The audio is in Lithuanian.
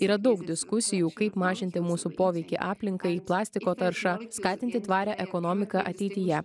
yra daug diskusijų kaip mažinti mūsų poveikį aplinkai plastiko taršą skatinti tvarią ekonomiką ateityje